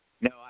no